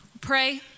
Pray